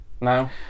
No